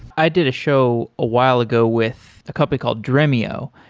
i did a show a while ago with a company called dremio.